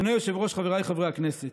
אדוני היושב-ראש, חבריי חברי הכנסת,